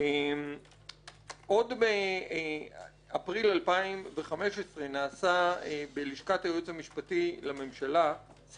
עוד באפריל 2015 נעשה בלשכת היועץ המשפטי לממשלה סיכום דיון,